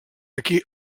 aquí